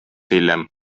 hiljem